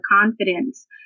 confidence